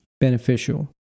beneficial